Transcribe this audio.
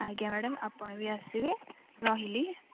ଆଜ୍ଞା ମ୍ୟାଡ଼ାମ୍ ଆପଣ ବି ଆସିବେ ରହିଲି